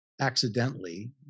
accidentally